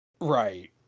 Right